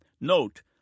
note